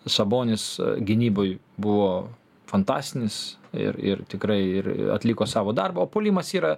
sabonis gynyboj buvo fantastinis ir ir tikrai ir atliko savo darbą puolimas yra